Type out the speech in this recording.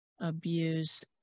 abuse